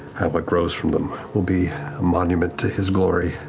what grows from them will be a monument to his glory.